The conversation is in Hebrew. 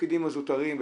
בתפקידים הזוטרים,